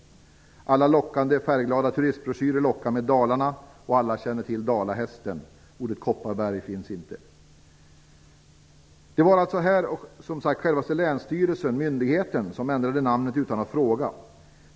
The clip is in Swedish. Alla lockande och färgglada turistbroschyrer lockar med Dalarna, och alla känner till Dalahästen. Namnet Kopparberg finns inte. Det var som sagt självaste myndigheten länsstyrelsen som ändrade namnet utan att fråga.